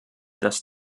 dass